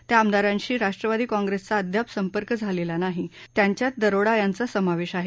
त्या आमदारांशी राष्ट्रवादी काँप्रेसचा अद्याप संपर्क झालेला नाही त्यांच्यात दरोडा यांचा समावेश आहे